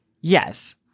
Yes